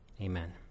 amen